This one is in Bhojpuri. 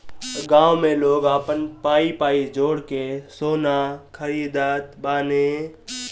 गांव में लोग आपन पाई पाई जोड़ के सोना खरीदत बाने